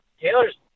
Taylor's